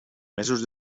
mesos